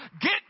get